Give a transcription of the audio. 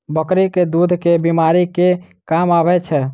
बकरी केँ दुध केँ बीमारी मे काम आबै छै?